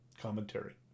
commentary